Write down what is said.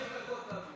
חמש דקות, דוד.